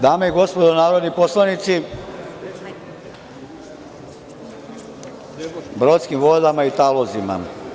Dame i gospodo narodni poslanici, brodskim vodama i talozima.